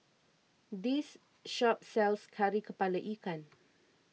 this shop sells Kari Kepala Ikan